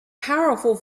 powerful